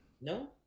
No